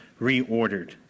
Reordered